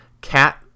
cat